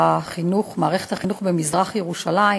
שמערכת החינוך במזרח-ירושלים,